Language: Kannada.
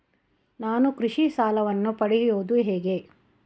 ನಾನು ಕೃಷಿ ಸಾಲವನ್ನು ಪಡೆಯೋದು ಹೇಗೆ?